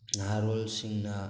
ꯅꯍꯥꯔꯣꯜꯁꯤꯡꯅ